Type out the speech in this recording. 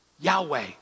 Yahweh